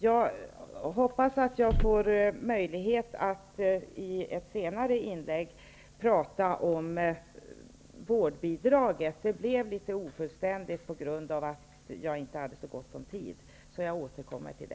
Jag hoppas att jag får möjlighet att i ett senare inlägg återkomma till vårdbidraget; det blev litet ofullständigt på grund av att jag inte hade så gott om tid.